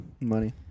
Money